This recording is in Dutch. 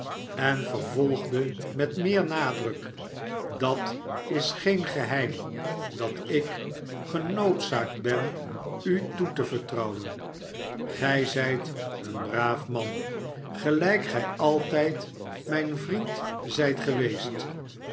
en vervolgde met meer nadruk dat is geen geheim dat ik genoodzaakt ben u toe te vertrouwen gij zijt een braaf man gehjk gij altijd mijn vriend zijt geweest